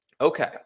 Okay